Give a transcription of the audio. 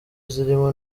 zirimo